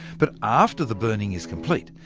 but after the burning is complete,